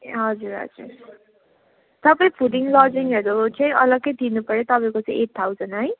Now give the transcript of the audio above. हजुर हजुर तपाईँ फुडिङ लजिङहरू चाहिँ अलग्गै तिर्नुपऱ्यो तपाईँको चाहिँ एट थाउजन है